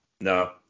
No